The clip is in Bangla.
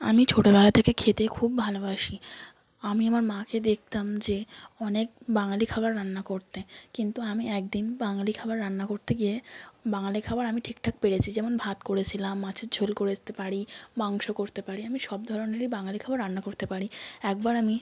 আমি ছোটোবেলা থেকে খেতে খুব ভালোবাসি আমি আমার মাকে দেখতাম যে অনেক বাঙালি খাবার রান্না করতে কিন্তু আমি এক দিন বাঙালি খাবার রান্না করতে গিয়ে বাঙালি খাবার আমি ঠিক ঠাক পেরেছি যেমন ভাত করেছিলাম মাছের ঝোল করতে পারি মাংস করতে পারি আমি সব ধরনেরই বাঙালি খাবার রান্না করতে পারি একবার আমি